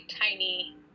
tiny